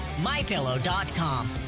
MyPillow.com